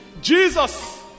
Jesus